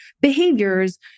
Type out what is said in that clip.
behaviors